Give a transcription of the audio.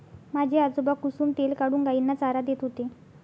माझे आजोबा कुसुम तेल काढून गायींना चारा देत होते